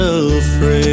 afraid